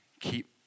keep